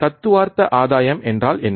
தத்துவார்த்த ஆதாயம் என்றால் என்ன